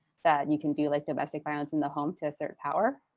that you can do like domestic violence in the home to assert power.